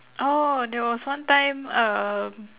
orh there was one time um